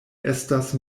estas